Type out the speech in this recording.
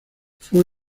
fue